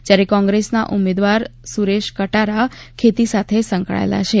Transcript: જ્યારે કોંગ્રેસનાં ઉમેદવાર સુરેશ કટારા ખેતી સાથે સંકળાયેલા છે